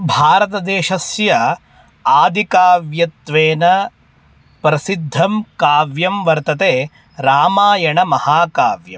भारतदेशस्य आदिकाव्यत्वेन प्रसिद्धं काव्यं वर्तते रामायणमहाकाव्यम्